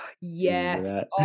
yes